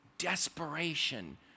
Desperation